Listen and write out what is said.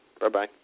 Bye-bye